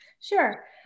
Sure